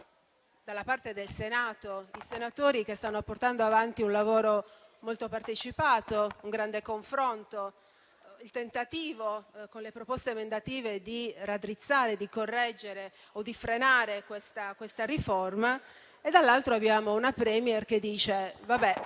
abbiamo il Senato e i senatori che stanno portando avanti un lavoro molto partecipato, un grande confronto; il tentativo con le proposte emendative di raddrizzare, di correggere o di frenare questa riforma; dall'altra parte, abbiamo una *Premier* che dice: voi